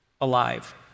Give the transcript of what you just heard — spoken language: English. alive